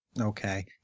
Okay